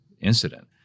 incident